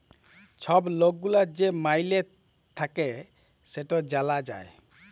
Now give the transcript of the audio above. ছব লক গুলার যে মাইলে থ্যাকে সেট জালা যায়